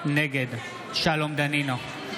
נגד שלום דנינו,